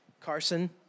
Carson